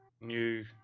new